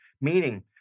meaning